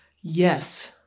Yes